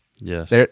Yes